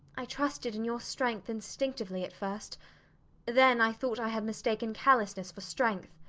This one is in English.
i trusted in your strength instinctively at first then i thought i had mistaken callousness for strength.